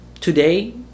today